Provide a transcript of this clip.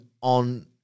on